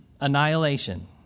Annihilation